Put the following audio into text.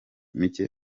mike